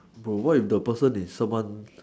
no what if the person is someone